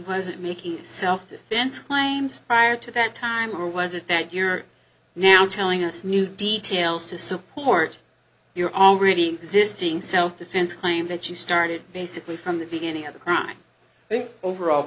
wasn't making self defense claims prior to that time or was it that you're now telling us new details to support your already existing self defense claim that you started basically from the beginning of the crime but overall